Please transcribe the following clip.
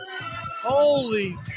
Holy